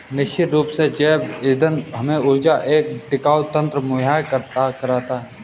निश्चित रूप से जैव ईंधन हमें ऊर्जा का एक टिकाऊ तंत्र मुहैया कराता है